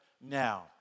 Now